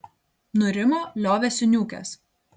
nurimo liovėsi niūkęs